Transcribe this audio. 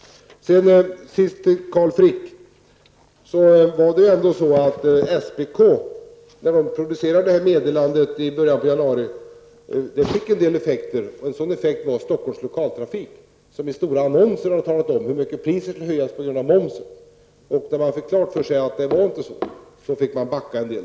Sedan vill jag säga till Carl Frick, att när SPK lämnade sitt meddelande i början av januari, fick det en del effekter. En sådan blev att Stockholms lokaltrafik i stora annonser talade om hur mycket priset skulle komma att höjas på grund av momsen. När man fick klart för sig hur det förhöll sig fick man backa litet.